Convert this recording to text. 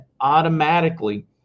automatically